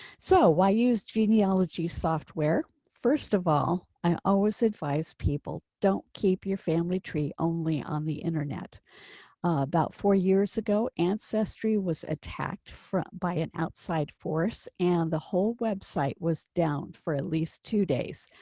so why use genealogy software. first of all, i always advise people don't keep your family tree only on the internet about four years ago ancestry was attacked from by an outside force and the whole website was down for at least two days.